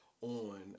on